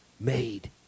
made